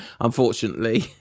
unfortunately